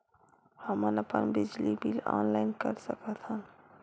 हमन अपन बिजली बिल ऑनलाइन कर सकत हन?